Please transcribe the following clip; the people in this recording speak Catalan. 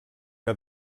que